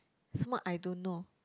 smart I don't know